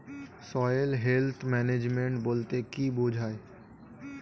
Soil health management বলতে কি বুঝায়?